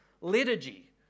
liturgy